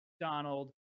Donald